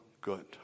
good